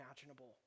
imaginable